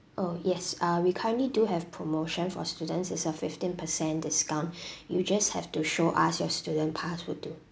oh yes uh we currently do have promotion for students is a fifteen percent discount you just have to show us your student pass would do